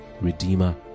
redeemer